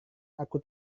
aku